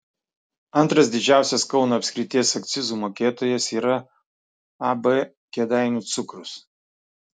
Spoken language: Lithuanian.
antras didžiausias kauno apskrities akcizų mokėtojas yra ab kėdainių cukrus